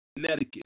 Connecticut